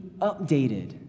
updated